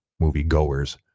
moviegoers